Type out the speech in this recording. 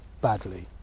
badly